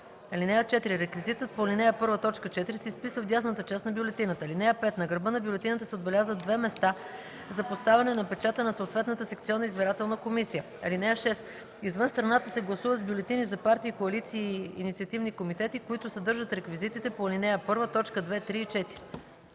(4) Реквизитът по ал. 1, т. 4 се изписва в дясната част на бюлетината. (5) На гърба на бюлетината се отбелязват две места за поставяне на печата на съответната секционна избирателна комисия. (6) Извън страната се гласува с бюлетини за партии, коалиции и инициативни комитети, които съдържат реквизитите по ал. 1, т. 2, 3 и 4.”